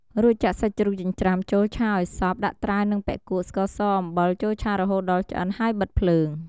រួចចាក់សាច់ជ្រូកចិញ្ច្រាំចូលឆាឱ្យសព្វ ដាក់ត្រាវនិងបុិកួៈ ស្ករស អំបិលចូលឆារហូតដល់ឆ្អិន ហើយបិទភ្លើង។